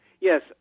Yes